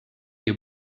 you